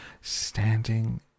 standing